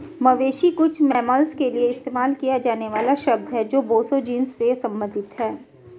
मवेशी कुछ मैमल्स के लिए इस्तेमाल किया जाने वाला शब्द है जो बोसो जीनस से संबंधित हैं